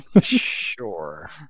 Sure